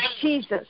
Jesus